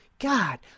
God